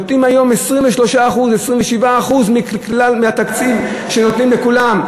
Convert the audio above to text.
נותנים היום 23% 27% מהתקציב שנותנים לכולם.